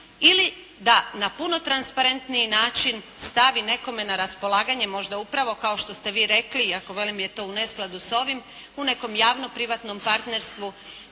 ili da na puno transparentniji način stavi nekome na raspolaganje možda upravo kao što ste vi rekli iako velim je to u neskladu s ovim u nekom javnom privatnom partnerstvu